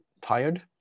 tired